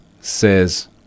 says